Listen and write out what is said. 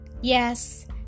yes